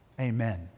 Amen